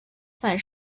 反射